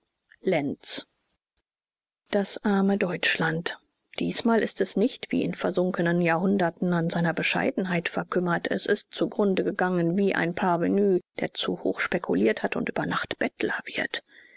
lenz das arme deutschland diesmal ist es nicht wie in versunkenen jahrhunderten an seiner bescheidenheit verkümmert es ist zugrunde gegangen wie ein parvenü der zu hoch spekuliert hat und über nacht bettler wird